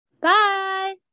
Bye